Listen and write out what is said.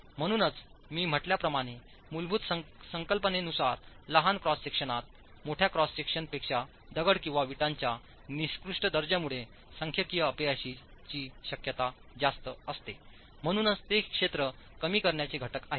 म्हणूनच मी म्हटल्याप्रमाणे मूलभूत संकल्पनेनुसार लहान क्रॉस सेक्शनात मोठ्या क्रॉस सेक्शन पेक्षा दगड किंवा वीटच्या निकृष्ट दर्जा मुळे सांख्यिकीय अपयशाची शक्यता जास्त असते म्हणूनच ते क्षेत्र कमी करण्याचे घटक आहे